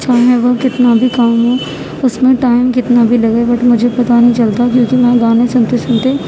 چاہے وہ کتنا بھی کام ہو اس میں ٹائم کتنا بھی لگے بٹ مجھے پتہ نہیں چلتا کیوں کہ میں گانا سنتے سنتے